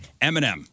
Eminem